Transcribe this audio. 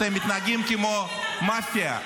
אתם מתנהגים כמו מאפיה,